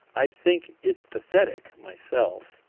i think it's pathetic, myself.